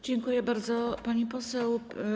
Dziękuję bardzo, pani poseł.